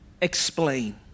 explain